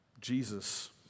Jesus